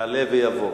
יעלה ויבוא.